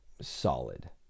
solid